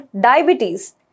diabetes